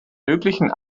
möglichen